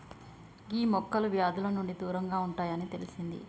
గీ మొక్కలు వ్యాధుల నుండి దూరంగా ఉంటాయి అని తెలిసింది